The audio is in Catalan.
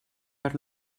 per